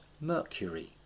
Mercury